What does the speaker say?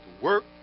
Work